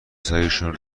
سگشون